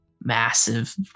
massive